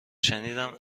شنیدم